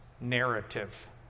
narrative